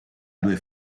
due